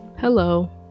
Hello